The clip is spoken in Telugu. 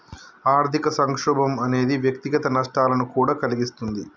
ఆర్థిక సంక్షోభం అనేది వ్యక్తిగత నష్టాలను కూడా కలిగిస్తుంది